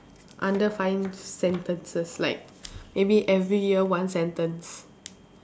under five sentences like maybe every year one sentence